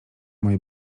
moje